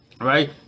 Right